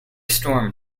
storm